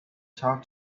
talk